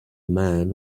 man